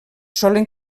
solen